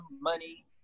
money